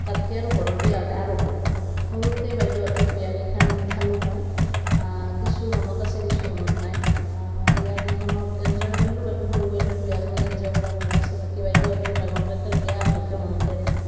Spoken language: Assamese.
তাতকৈ আৰু ঘৰৰ বিয়া হ'লে আৰু ভাল পাওঁ সৰুতে বাইদেউহঁতৰ বিয়া কেইখন খালোঁ মই কিছু মনত আছে কিছু মনত নাই বিয়া কেইখনত এনজয় কৰিলোঁ বাৰু সৰু বাইদেউৰ বিয়াখনত এনজয় কৰা মনত আছে বাকী বাইদেউহঁতৰ ডাঙৰ কেইটাৰ বিয়া ভালকৈ মনতে নাই